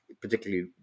particularly